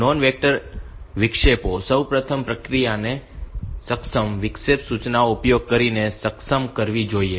non vector વિક્ષેપો સૌ પ્રથમ પ્રક્રિયાને સક્ષમ વિક્ષેપ સૂચનાનો ઉપયોગ કરીને સક્ષમ કરવી જોઈએ